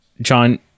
John